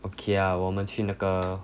okay ah 我们去那个